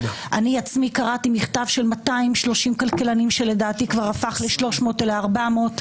אני עצמי קראתי מכתב של 230 כלכלנים שלדעתי כבר הפך ל-300 ול-400,